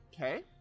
Okay